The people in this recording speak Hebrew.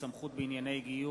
סמכות בענייני גיור),